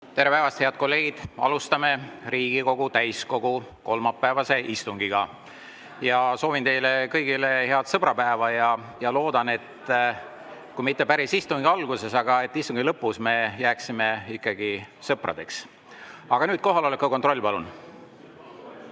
Tere päevast, head kolleegid! Alustame Riigikogu täiskogu kolmapäevast istungit. Soovin teile kõigile head sõbrapäeva ja loodan istungi alguses, et istungi lõppedes me jääme ikkagi sõpradeks. Aga nüüd kohaloleku kontroll, palun!